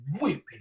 whipping